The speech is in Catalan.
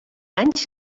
anys